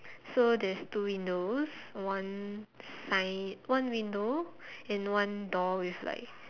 so there's two windows one sign one window and one door with like